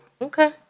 Okay